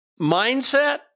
mindset